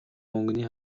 мөнгөний